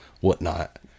whatnot